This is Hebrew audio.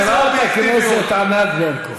חברת הכנסת ענת ברקו.